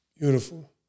Beautiful